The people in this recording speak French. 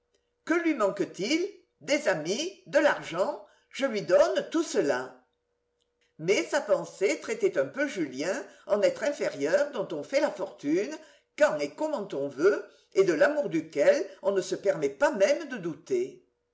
que lui manque-t-il des amis de l'argent je lui donne tout cela mais sa pensée traitait un peu julien en être inférieur dont on fait la fortune quand et comment on veut et de l'amour duquel on ne se permet pas même de douter